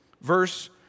verse